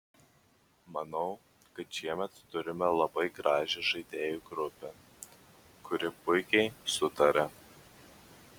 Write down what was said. manau kad šiemet turime labai gražią žaidėjų grupę kuri puikiai sutaria